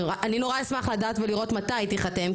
אני נורא אשמח לדעת ולראות מתי תיחתם,